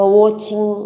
watching